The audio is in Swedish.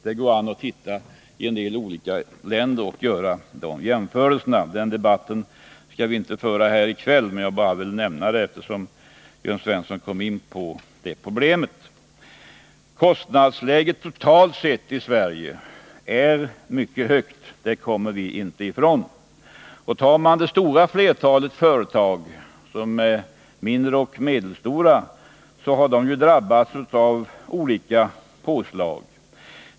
Det går an att titta på en del olika länder och göra de jämförelserna. Den debatten skall vi emellertid inte föra här i kväll, men jag vill ändå säga detta eftersom Jörn Svensson kom in på det här problemet. Kostnadsläget totalt sett i Sverige är mycket högt — det kommer vi inte ifrån. Det stora flertalet företag — de mindre och medelstora företagen — har drabbats av olika påslag.